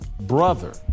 brother